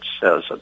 says